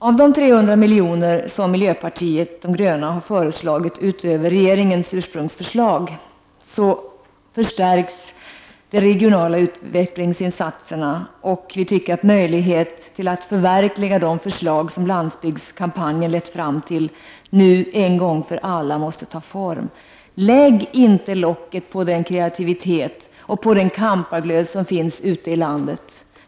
Med de 300 milj.kr. som miljöpartiet de gröna föreslagit utöver regeringens förslag förstärks regionala utvecklingsinsatser och ges möjlighet till att förverkliga de förslag som landsbygdskampanjen lett fram till och som nu en gång för alla måste ta form. Lägg inte locket på den kreativitet och kämparglöd som finns ute i landet!